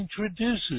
introduces